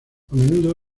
menudo